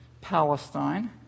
Palestine